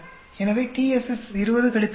எனவே TSS 20 கழித்தல் 1